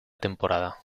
temporada